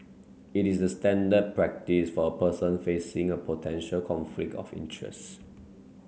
it is the standard practice for a person facing a potential conflict of interest